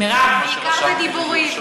מירב, בעיקר בדיבורים.